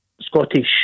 Scottish